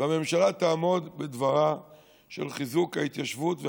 והממשלה תעמוד בדברה על חיזוק ההתיישבות והפריפריה.